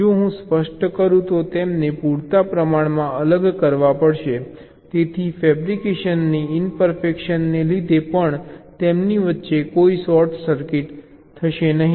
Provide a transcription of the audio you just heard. જો હું સ્પષ્ટ કરું તો તેમને પૂરતા પ્રમાણમાં અલગ કરવા પડશે તેથી ફેબ્રિકેશનની ઇમ્પરફેકશનને લીધે પણ તેમની વચ્ચે કોઈ શોર્ટ સર્કિટ થશે નહીં